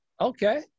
okay